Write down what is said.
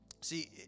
See